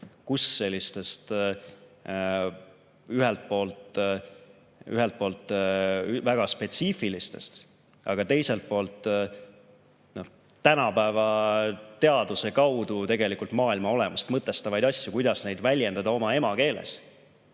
kuidas selliseid ühelt poolt väga spetsiifilisi, aga teiselt poolt tänapäeva teaduse kaudu tegelikult maailma olemust mõtestavaid asju väljendada oma emakeeles,